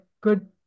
good